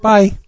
Bye